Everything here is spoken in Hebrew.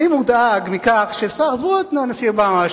תראה איך שיפרת פה את האווירה.